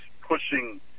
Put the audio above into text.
pushing